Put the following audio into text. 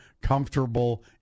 comfortable